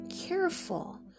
careful